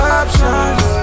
options